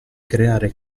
creare